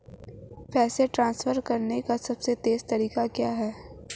पैसे ट्रांसफर करने का सबसे तेज़ तरीका क्या है?